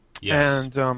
Yes